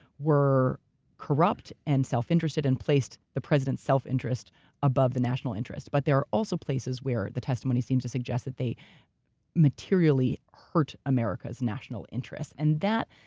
were corrupt and self-interested, and placed the president's self-interest above the national interest. but there are also places where the testimony seems to suggest that they materially hurt america's national interests, and that,